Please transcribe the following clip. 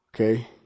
okay